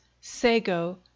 sago